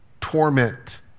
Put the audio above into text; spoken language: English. torment